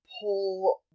pull